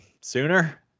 sooner